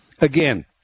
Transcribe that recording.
Again